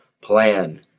plan